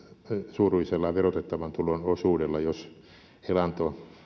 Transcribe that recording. suuruisella verotettavan tulon osuudella jos